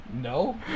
No